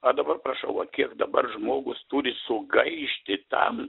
a dabar prašau va kiek dabar žmogus turi sugaišti tam